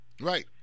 right